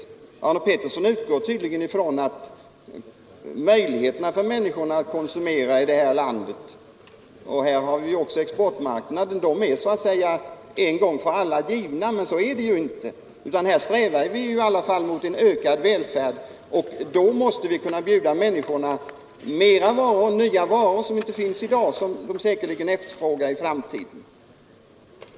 Herr Arne Pettersson utgår tydligen ifrån att möjligheterna för människor i det här landet att konsumera — här kommer också exportmarknaden in — är en gång för alla givna, men så är det inte. Här strävar vi i alla fall mot en ökad välfärd, och då måste vi kunna bjuda människorna mer varor och nya varor, som inte finns i dag men som säkerligen kommer att efterfrågas i framtiden.